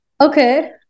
Okay